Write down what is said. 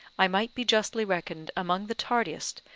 i might be justly reckoned among the tardiest,